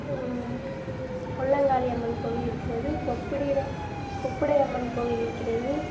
கொல்லங்காளியம்மன் கோவில் இருக்கிறது கொப்புடி கொப்புடி அம்மன் கோவில் இருக்கிறது